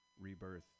rebirth